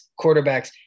quarterbacks